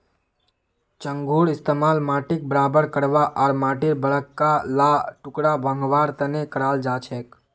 चंघूर इस्तमाल माटीक बराबर करवा आर माटीर बड़का ला टुकड़ा भंगवार तने कराल जाछेक